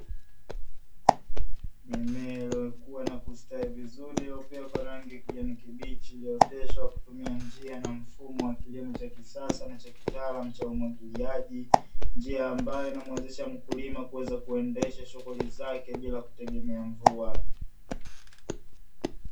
Mimea iliyokua na kustawi vizuri, iliyopea kwa rangi ya kijani kibichi, iliyooteshwa kwa kutumia njia ya mfumo ya kisasa na kitaalaamu cha umwagiliaji, njia ambayo inamuwezesha mkulima kuendesha shughuli zake bila kutegemea mvua.